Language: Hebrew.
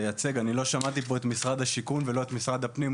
אני לא שמעתי פה את משרד השיכון ואת משרד הפנים.